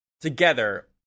together